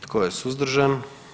Tko je suzdržan?